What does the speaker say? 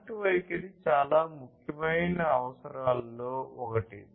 connect వైఖరి చాలా ముఖ్యమైన అవసరాలలో ఒకటి